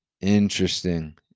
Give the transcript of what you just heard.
Interesting